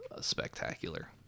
spectacular